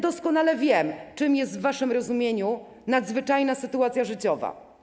Doskonale wiem, czym jest w waszym rozumieniu nadzwyczajna sytuacja życiowa.